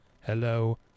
Hello